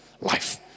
Life